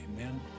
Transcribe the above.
Amen